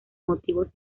motivos